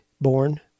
born